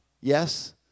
Yes